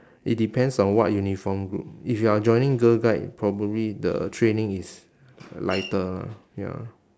it depends on what uniformed group if you are joining girl guide probably the training is lighter ah ya